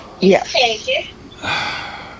Yes